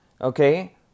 Okay